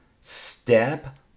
Step